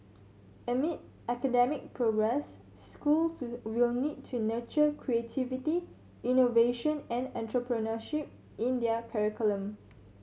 amid academic progress schools will need to nurture creativity innovation and entrepreneurship in their curriculum